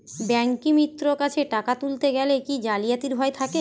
ব্যাঙ্কিমিত্র কাছে টাকা তুলতে গেলে কি জালিয়াতির ভয় থাকে?